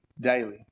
daily